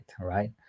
right